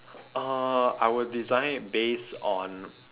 uh I would design based on